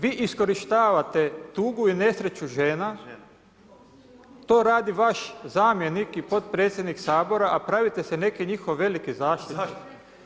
Vi iskorištavate tugu i nesreću žena, to radi vaš zamjenik i potpredsjednik Sabora a pravite se njihov veliki zaštitnik.